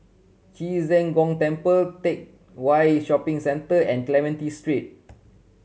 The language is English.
Ci Zheng Gong Temple Teck Whye Shopping Centre and Clementi Street